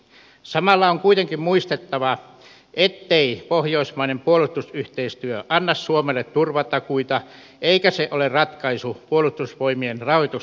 samalla on kuitenkin muistettava ettei pohjoismainen puolustusyhteistyö anna suomelle turvatakuita eikä se ole ratkaisu puolustusvoimien rahoitusongelmiin